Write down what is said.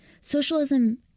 Socialism